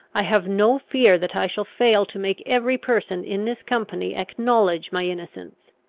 i have no fear that i shall fail to make every person in this company acknowledge my innocence.